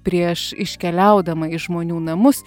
prieš iškeliaudama į žmonių namus